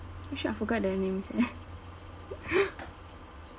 eh shit I forget their names eh